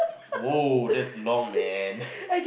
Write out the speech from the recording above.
!woah! that's long man